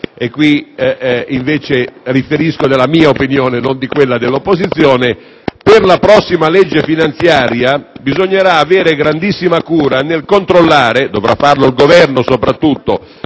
e qui invece riferisco della mia opinione e non di quella dell'opposizione - per la prossima legge finanziaria bisognerà avere grandissima cura nel controllare - dovrà farlo il Governo soprattutto,